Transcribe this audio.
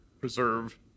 preserve